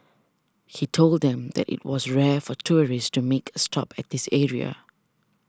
he told them that it was rare for tourists to make a stop at this area